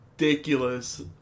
ridiculous